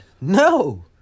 No